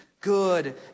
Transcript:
good